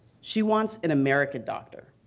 she wants an american doctor,